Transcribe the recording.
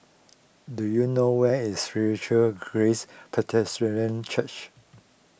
do you know where is Spiritual Grace Church